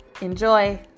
Enjoy